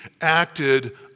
acted